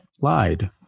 lied